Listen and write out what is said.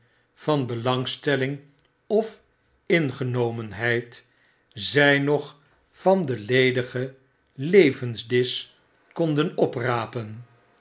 van belangstelling of ingenomenheid zij nog van den ledigen levensdisch konden oprapen